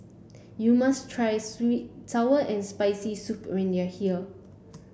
you must try sour and spicy soup when you are here